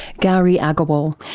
ghauri aggarwal,